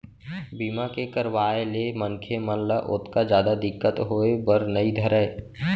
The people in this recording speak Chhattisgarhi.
बीमा के करवाय ले मनखे मन ल ओतका जादा दिक्कत होय बर नइ धरय